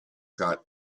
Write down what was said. got